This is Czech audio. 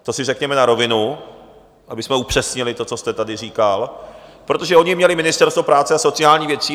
To si řekněme na rovinu, abychom upřesnili to, co jste tady říkal, protože oni měli Ministerstvo práce a sociálních věcí.